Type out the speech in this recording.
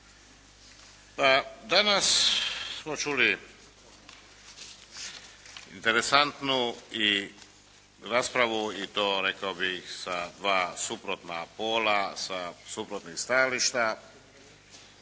Pa danas smo čuli interesantnu raspravu i to rekao bih sa dva suprotna pola sa suprotnih stajališta